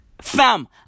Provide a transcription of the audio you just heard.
Fam